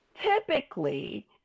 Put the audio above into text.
typically